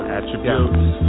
Attributes